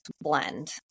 blend